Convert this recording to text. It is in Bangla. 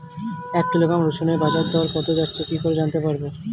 এক কিলোগ্রাম রসুনের বাজার দর কত যাচ্ছে কি করে জানতে পারবো?